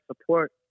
support